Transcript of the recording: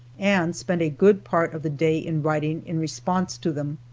and spent a good part of the day in writing, in response to them.